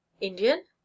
Indian